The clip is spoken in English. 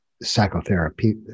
Psychotherapy